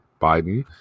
Biden